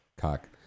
cock